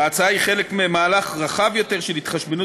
ההצעה היא חלק ממהלך רחב יותר של התחשבנות